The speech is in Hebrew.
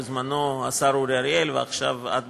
בזמנו השר אורי אריאל ועכשיו את בעקבותיו,